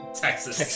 Texas